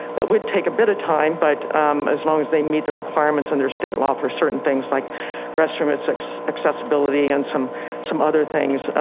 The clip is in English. that would take a bit of time but as long as they meet the requirements under state law for certain things like restaurants accessibility and some some other things,